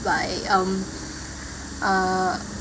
by um uh